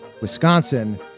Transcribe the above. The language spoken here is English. Wisconsin